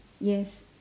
yes